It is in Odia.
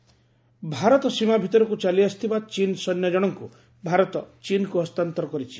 ଚାଇନିଜ୍ ସୋଲ୍ଜର ଭାରତ ସୀମା ଭିତରକୁ ଚାଲିଆସିଥିବା ଚୀନ ସୈନ୍ୟ ଜଣଙ୍କୁ ଭାରତ ଚୀନ୍କୁ ହସ୍ତାନ୍ତର କରିଛି